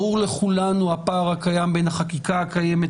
ברור לכולנו הפער הקיים בין החקיקה הקיימת